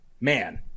man